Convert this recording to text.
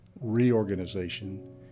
reorganization